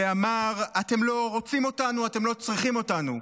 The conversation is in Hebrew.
ואמר: אתם לא רוצים אותנו, אתם לא צריכים אותנו.